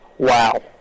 Wow